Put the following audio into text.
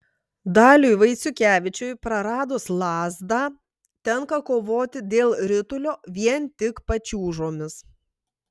daliui vaiciukevičiui praradus lazdą tenka kovoti dėl ritulio vien tik pačiūžomis